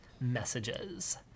messages